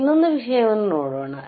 ನಾವು ಇನ್ನೊಂದು ವಿಷಯವನ್ನು ನೋಡೋಣ